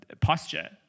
posture